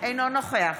אינו נוכח